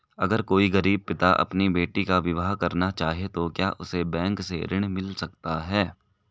अगर कोई गरीब पिता अपनी बेटी का विवाह करना चाहे तो क्या उसे बैंक से ऋण मिल सकता है?